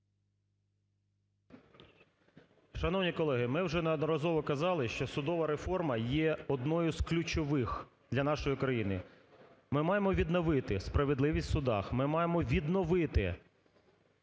Шановні колеги, ми вже неодноразово казали, що судова реформа є одною з ключових для нашої країни, ми маємо відновити справедливість в судах, ми маємо відновити